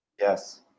Yes